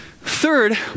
Third